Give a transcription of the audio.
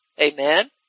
amen